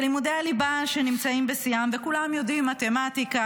ולימודי הליבה נמצאים בשיאם וכולם יודעים מתמטיקה